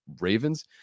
Ravens